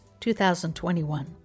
2021